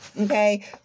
okay